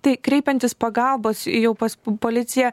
tai kreipiantis pagalbos jau pas policiją